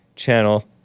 channel